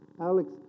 Alex